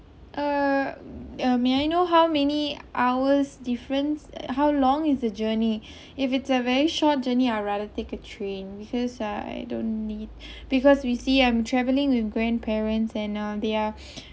uh uh may I know how many hours difference err how long is the journey if it's a very short journey I'll rather take a train because I don't need because we see I'm travelling with grandparents and um they are